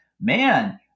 man